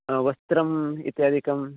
हा वस्त्रम् इत्यादिकं